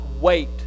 wait